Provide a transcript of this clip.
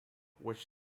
which